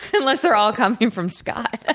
unless they're all coming from scott. ah